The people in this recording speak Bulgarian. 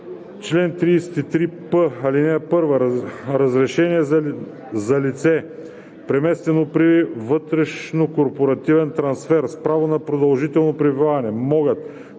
„Чл. 33п. (1) Разрешение за лице, преместено при вътрешнокорпоративен трансфер, с право на продължително пребиваване могат